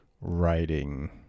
writing